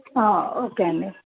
okay అండి